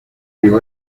rio